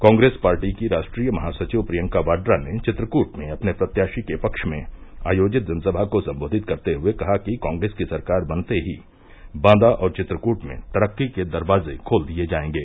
Congress party की राष्ट्रीय महासचिव प्रियंका वाड्रा ने चित्रकृट में अपने प्रत्याशी के पक्ष में आयोजित जनसभा को सम्बोधित करते हुये कहा कि कॉग्रेस की सरकार बनते ही बांदा और चित्रकूट में तरक्की के दरवाजे खोल दिये जायेंगे